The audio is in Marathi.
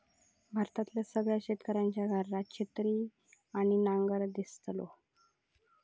भारतातल्या सगळ्या शेतकऱ्यांच्या घरात छिन्नी आणि नांगर दिसतलो